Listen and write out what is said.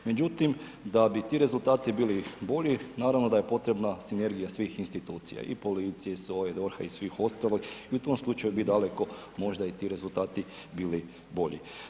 Međutim da bi ti rezultati bili bolji naravno da je potrebna sinergija svih institucija i policije i SOA-e, DORH-a i svih ostali i u tom slučaju bi daleko možda i ti rezultati bili bolji.